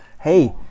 Hey